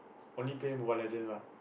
only play Mobile-Legends lah